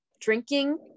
Drinking